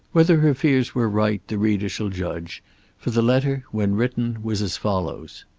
whether her fears were right the reader shall judge for the letter when written was as follows